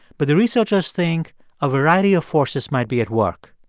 but the researchers think a variety of forces might be at work.